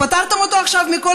פטרתם אותו עכשיו מכל